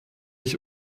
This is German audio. ich